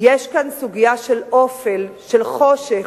יש כאן סוגיה של אופל, של חושך,